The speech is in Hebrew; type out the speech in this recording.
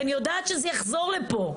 כי אני יודעת שזה יחזור לפה.